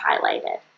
highlighted